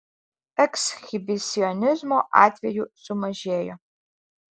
ekshibicionizmo atvejų sumažėjo